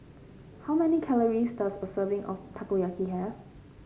how many calories does a serving of Takoyaki have